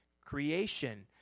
creation